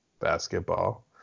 basketball